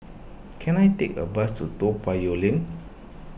can I take a bus to Toa Payoh Lane